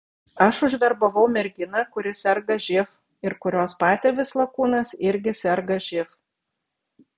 aš užverbavau merginą kuri serga živ ir kurios patėvis lakūnas irgi serga živ